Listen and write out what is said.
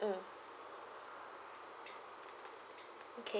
mm okay